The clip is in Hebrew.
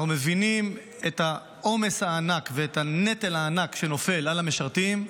מבינים את העומס הענק ואת הנטל הענק שנופל על המשרתים.